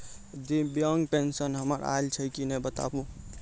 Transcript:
दिव्यांग पेंशन हमर आयल छै कि नैय बताबू?